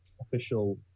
official